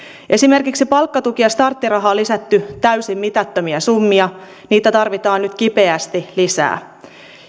esimerkiksi palkkatukeen ja starttirahaan on lisätty täysin mitättömiä summia niitä tarvitaan nyt kipeästi lisää